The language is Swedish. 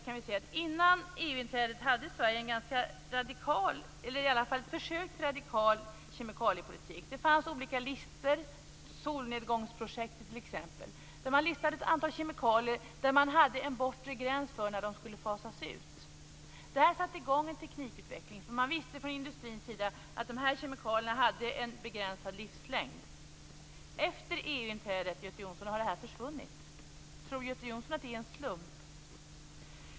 Före EU-inträdet hade Sverige i alla fall ett försök till en radikal kemikaliepolitik. Det fanns olika listor, t.ex. solnedgångsprojektet. Där listades ett antal kemikalier för vilka det fanns en bortre gräns för när de skulle fasas ut. Det satte i gång en teknikutveckling. Man visste från industrins sida att dessa kemikalier hade en begränsad livslängd. Efter EU-inträdet har detta försvunnit. Tror Göte Jonsson att det är en slump?